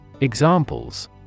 Examples